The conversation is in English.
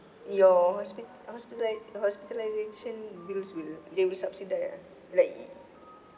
your hospi~ um hospitali~ hospitalisation bills will they will subsidise ah like